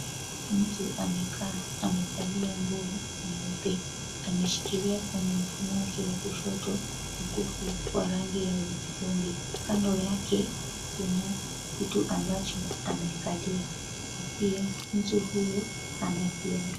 Mtu amekaa amevalia nguo nyeupe. Ameshikilia kwenye mkono wake wa kushoto mkufu wa rangi ya hudhurungi. Kando yake kuna kitu ambacho amekalia. Pia mtu huyu hana viatu.